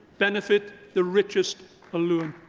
benefit the richest alone.